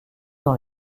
dans